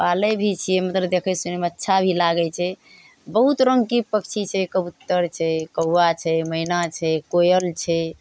पालै भी छिए मतलब देखै सुनैमे अच्छा भी लागै छै बहुत रङ्गके पन्छी छै कबूतर छै कौआ छै मैना छै कोयल छै